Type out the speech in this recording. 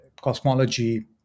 cosmology